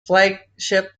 flagship